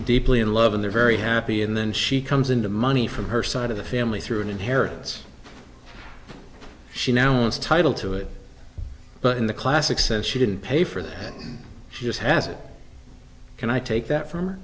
deeply in love and they're very happy and then she comes into money from her side of the family through an inheritance she now owns title to it but in the classic sense she didn't pay for that she just has it can i take that from